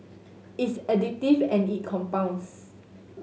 it's additive and it compounds